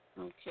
Okay